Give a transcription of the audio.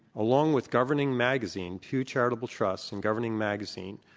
along with governing magazine, pew charitable trusts and governing magazine,